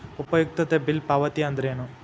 ಉಪಯುಕ್ತತೆ ಬಿಲ್ ಪಾವತಿ ಅಂದ್ರೇನು?